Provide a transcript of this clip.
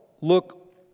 look